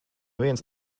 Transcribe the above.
viens